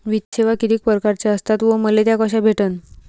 वित्तीय सेवा कितीक परकारच्या असतात व मले त्या कशा भेटन?